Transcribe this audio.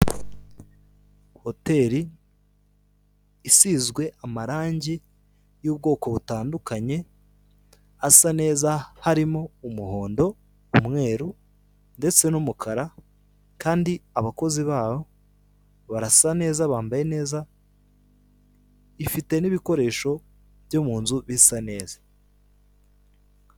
Hoteri isizwe amarangi y'Ubwoko butandukanye asa neza harimo, umuhondo, umweru ndetse n'umukara kandi abakozi baho barasa neza bambaye neza. Ifite n'ibikoresho byo mu nzu bisa neza.